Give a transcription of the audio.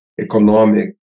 economic